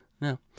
No